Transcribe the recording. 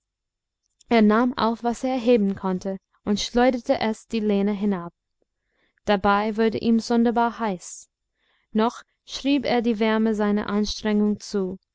er nahm auf was er heben konnte und schleuderte es die lehne hinab dabei wurde ihm sonderbar heiß noch schrieb er die wärme seiner anstrengung zu